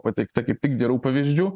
pateikta kaip tik gerų pavyzdžių